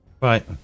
Right